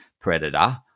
predator